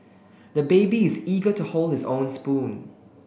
the baby is eager to hold his own spoon